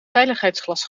veiligheidsglas